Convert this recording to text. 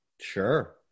Sure